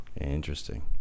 Interesting